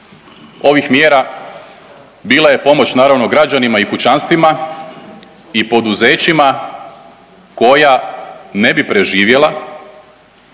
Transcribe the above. ovih mjera bila je pomoć naravno građanima i kućanstvima i poduzećima koja ne bi preživjela